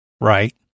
Right